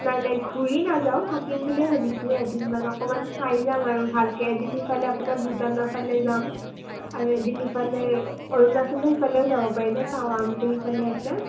নাই নাই ঘূৰি নাযাওঁ থাকিম বুলিয়ে ভাবিছোঁ এদিনমান অকণমান চাই যাম আৰু ভালকৈ এদিন ইফালে আপোনাৰ ভূটানৰ ফালে যাম আৰু এদিন সিফালে অৰুণাচলৰ সিফালেও যাব পাৰি ন টাৱাং যে সিফালে আছে